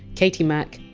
katie mack,